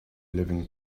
living